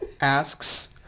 asks